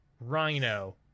Rhino